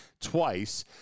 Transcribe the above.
twice